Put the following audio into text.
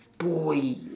boy